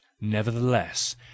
nevertheless